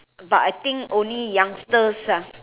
but I think only youngsters ah